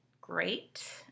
great